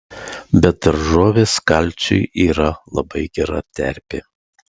bet daržovės kalciui yra labai gera terpė